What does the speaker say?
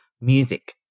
music